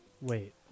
Wait